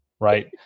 Right